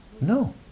No